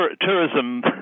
tourism